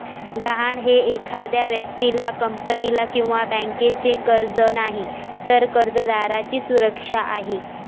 गहाण हे एखाद्या व्यक्तीला, कंपनीला किंवा बँकेचे कर्ज नाही, तर कर्जदाराची सुरक्षा आहे